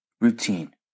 routine